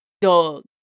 dog